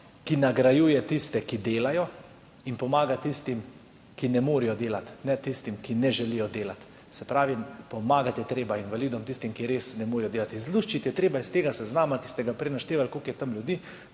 da nagrajuje tiste, ki delajo, in pomaga tistim, ki ne morejo delati, ne tistim, ki ne želijo delati. Se pravi, pomagati je treba invalidom, tistim, ki res ne morejo delati, izluščiti je treba s tega seznama, s katerega ste prej naštevali, koliko je tam tistih